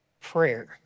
prayer